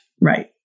Right